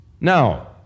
Now